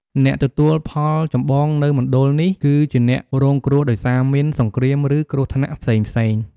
អ្នកទទួលផលចម្បងនៅមណ្ឌលនេះគឺជាអ្នករងគ្រោះដោយសារមីន សង្គ្រាម ឬ គ្រោះថ្នាក់ផ្សេងៗ។